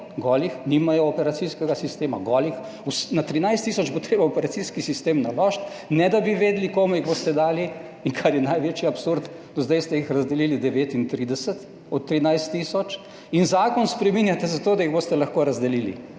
golih, nimajo operacijskega sistema, golih. Na 13 tisoč bo treba operacijski sistem naložiti, ne da bi vedeli, komu jih boste dali. In kar je največji absurd, do zdaj ste jih razdelili 39 od 13 tisoč in zakon spreminjate zato, da jih boste lahko razdelili.